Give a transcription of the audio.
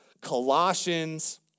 Colossians